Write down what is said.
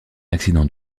accident